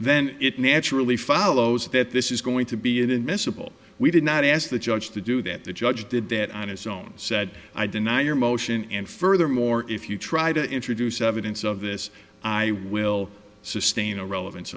then it naturally follows that this is going to be inadmissible we did not ask the judge to do that the judge did that on his own said i deny your motion and furthermore if you try to introduce evidence of this i will sustain a relevance